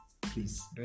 please